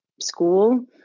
school